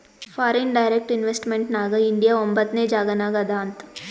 foreign direct investment ನಾಗ್ India ಒಂಬತ್ನೆ ಜಾಗನಾಗ್ ಅದಾ ಅಂತ್